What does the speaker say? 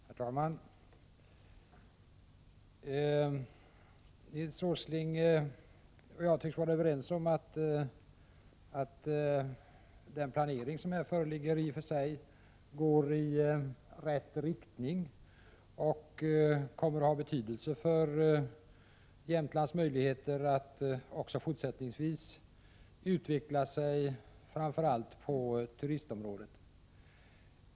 Herr talman! Nils G. Åsling och jag tycks vara överens om att den planering som föreligger i och för sig går i rätt riktning och kommer att ha betydelse för Jämtlands möjligheter att också fortsättningsvis utveckla sig framför allt på turistområdet.